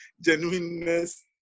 genuineness